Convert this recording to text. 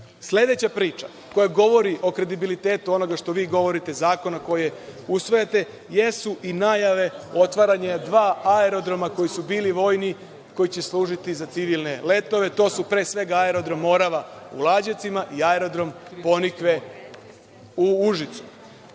sledeća priča koja govori o kredibilitetu onoga što vi govorite zakona koji usvajate, jesu i najave otvaranja dva aerodroma koji su bili vojni, koji će služiti za civilne letove. To su pre svega, Aerodrom „Morava“ u Lađevcima i Aerodrom „Ponikve“ u Užicu. Od